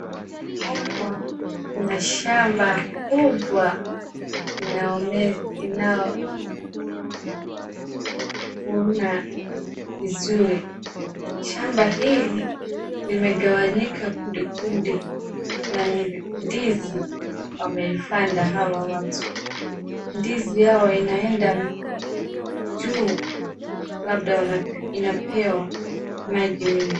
Hapa kuna shamba kubwa ina ina vunna vizuri. Shamba hili limegawanyika kundi kundi na ni ndizi wameipanda hawa watu. Ndizi yao inaenda juu labda inapewa maji mingi.